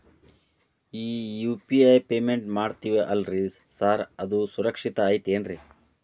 ಈ UPI payment ಮಾಡ್ತೇವಿ ಅಲ್ರಿ ಸಾರ್ ಅದು ಸುರಕ್ಷಿತ್ ಐತ್ ಏನ್ರಿ?